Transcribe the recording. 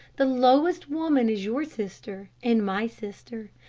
the lowest woman is your sister and my sister.